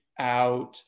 out